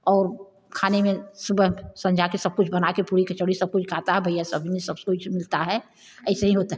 और खाने में सुबह संझा के सब कुछ बना के पूड़ी कचौड़ी सब कुछ खाता है भईया सब मे सब मिलता है ऐसे ही होता है